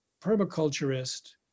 permaculturist